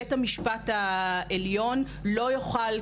אז בית המשפט העליון לא יוכל,